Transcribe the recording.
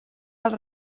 els